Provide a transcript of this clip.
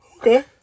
Okay